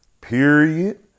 Period